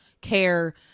care